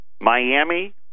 Miami